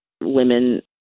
women